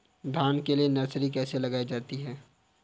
धान के लिए नर्सरी कैसे लगाई जाती है?